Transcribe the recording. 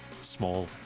small